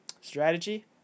strategy